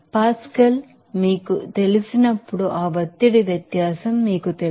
pascal మీకు తెలిసినప్పుడు ఆ ఒత్తిడి వ్యత్యాసం మీకు తెలుసు